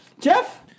Jeff